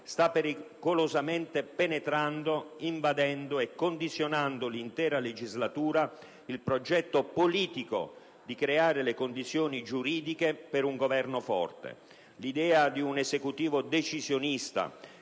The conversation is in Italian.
sta pericolosamente penetrando, invadendo e condizionando l'intera legislatura il progetto politico di creare le condizioni giuridiche per un Governo forte. L'idea di un Esecutivo decisionista